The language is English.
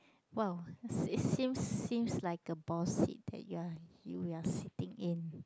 !wow! it seems seems like a boss seat that you are you are sitting in